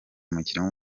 umukinnyi